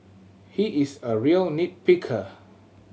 he is a real nit picker